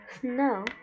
snow